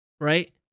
Right